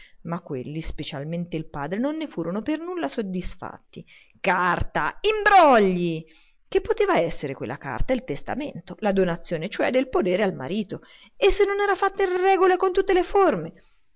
ma quelli specialmente il padre non ne furono per nulla soddisfatti carta imbrogli che poteva essere quella carta il testamento la donazione cioè del podere al marito e se non era fatta in regola e con tutte le forme